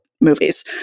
movies